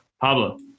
Pablo